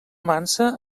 mansa